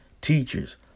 teachers